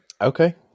Okay